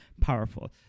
powerful